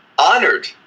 honored